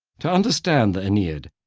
to understand the aeneid,